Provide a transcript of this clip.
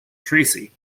tracy